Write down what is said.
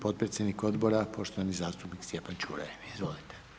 Potpredsjednik odbora, poštovani zastupnik Stjepan Čuraj, izvolite.